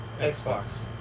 Xbox